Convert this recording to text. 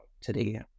today